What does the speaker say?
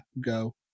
Go